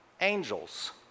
angels